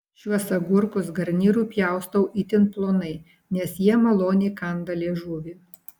šiuos agurkus garnyrui pjaustau itin plonai nes jie maloniai kanda liežuvį